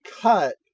cut